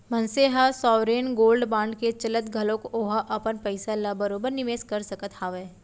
मनसे ह sovereign gold bond के चलत घलोक ओहा अपन पइसा ल बरोबर निवेस कर सकत हावय